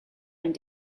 and